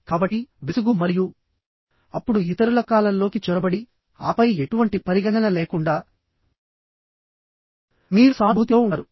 కాబట్టి విసుగు మరియు అప్పుడు ఇతరుల కాలంలోకి చొరబడి ఆపై ఎటువంటి పరిగణన లేకుండా మీరు సానుభూతితో ఉంటారు